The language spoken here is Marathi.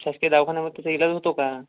शासकीय दवाखान्यामध्ये त्याचा इलाज होतो का